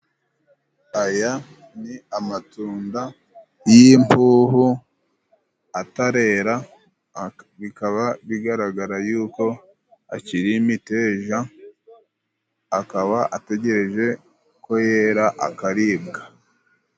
Aya ni amatunda y'imbuho atarera bikaba bigaragara yuko akiri imiteja akaba ategereje ko yera akaribwa.